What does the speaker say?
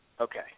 Okay